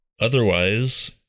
Otherwise